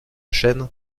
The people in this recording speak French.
chaîne